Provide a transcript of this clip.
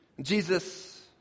Jesus